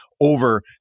over